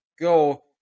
go